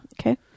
Okay